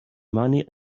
money